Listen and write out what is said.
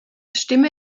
stimme